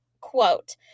quote